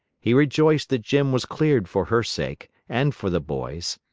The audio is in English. he rejoiced that jim was cleared for her sake and for the boy's.